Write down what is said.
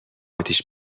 اتیش